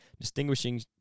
distinguishing